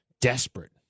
desperate